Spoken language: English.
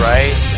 Right